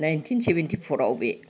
nineteen seventy फराव बे